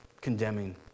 condemning